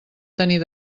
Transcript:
tenir